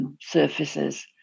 surfaces